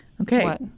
Okay